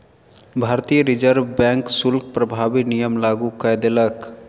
भारतीय reserve bank शुल्क प्रभावी नियम लागू कय देलक